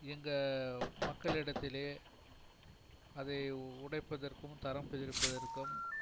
எங்கள் மக்களிடத்திலே அதை உடைப்பதற்கும் தரம் பிரிப்பதற்கும்